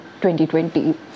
2020